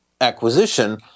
acquisition